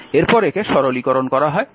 এরপর একে সরলীকরণ করা হয়